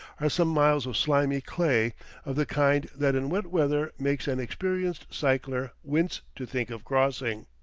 are some miles of slimy clay of the kind that in wet weather makes an experienced cycler wince to think of crossing.